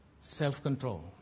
self-control